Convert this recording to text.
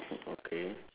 oh okay